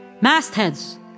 Mastheads